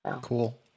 Cool